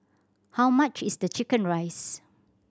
how much is the chicken rice